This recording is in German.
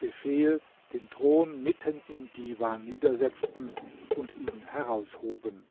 befehl den thron mitten im diwan niedersetzten und ihn heraushoben